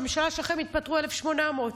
בממשלה שלכם התפטרו 1,800,